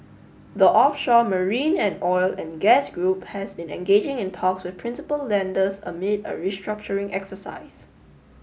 the offshore marine and oil and gas group has been engaging in talks with principal lenders amid a restructuring exercise